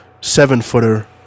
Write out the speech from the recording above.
seven-footer